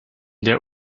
der